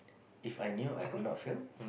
If I knew I could not fail